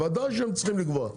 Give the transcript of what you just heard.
וודאי שהם צריכים לקבוע,